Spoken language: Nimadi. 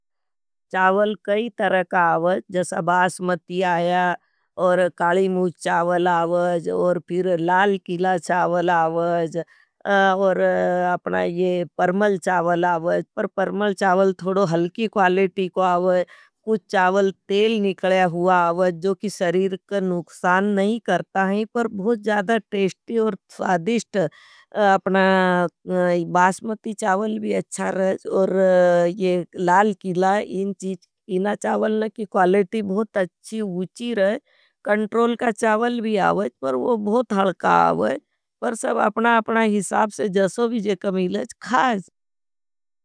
चावल कई तरका आवज, जैसा बासमती आया और काली मूच चावल आवज। और फिर लाल किला चावल आवज, और अपना ये परमल चावल आवज। पर परमल चावल थोड़ो हलकी क्वालिटी को आवज, कुछ चावल तेल निकले हुआ आवज। जोकी सरीर का नुकसान नहीं करता हैं, पर बहुत ज़्यादा टेस्टी और फ़ादिष्ट अपना बासमती चावल भी अच्छा रहेज। और ये लाल किला इन चावल नकी क्वालिटी बहुत अच्छी वुची रहेज। कंट्रोल का चावल भी आवज, पर वो बहुत हलका आवज, पर सब अपना अपना हिसाब से जसो भी जे कमिलेज, खाएज।